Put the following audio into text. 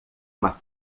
uma